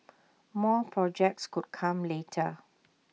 more projects could come later